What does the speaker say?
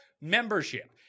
membership